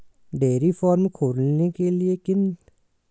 Dairy farm खोलने के लिए ऋण मिल सकता है?